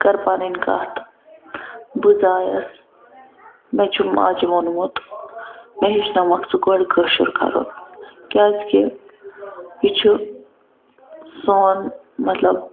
کر پَنن کتھ بہٕ زایَس مےٚ چھُ ماجہِ ووٚنمُت مےٚ ہیٚچھنٲومَکھ ژٕ گۄڈٕ کٲشُر کَرُن کیازکہ یہِ چھُ سون مَطلَب